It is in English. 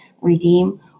redeem